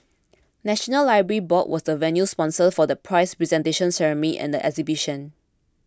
National Library Board was the venue sponsor for the prize presentation ceremony and the exhibition